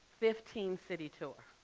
fifteen city tour.